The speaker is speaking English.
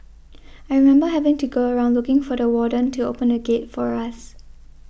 I remember having to go around looking for the warden to open the gate for us